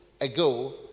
ago